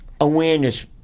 awareness